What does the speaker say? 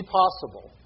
possible